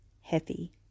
Heavy